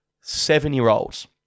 Seven-year-olds